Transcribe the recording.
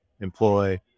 employ